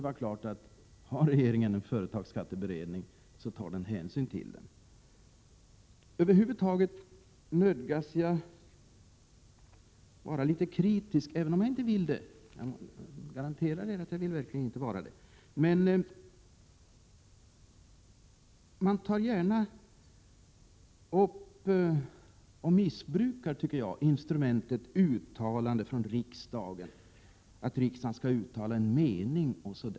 Har regeringen en företagsskatteberedning tar den naturligtvis hänsyn till den. Över huvud taget nödgas jag vara litet kritisk, även om jag inte vill det — jag garanterar att jag verkligen inte vill vara det. Man missbrukar gärna, tycker jaginstrumentet uttalande från riksdagen och yrkar att riksdagen skall uttala en mening.